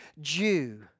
Jew